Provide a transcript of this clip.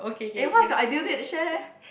eh what's your ideal date share leh